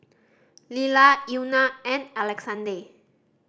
Lila Euna and Alexande